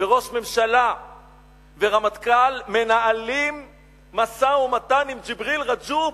וראש ממשלה ורמטכ"ל מנהלים משא-ומתן עם ג'יבריל רג'וב.